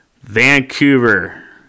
Vancouver